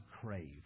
crave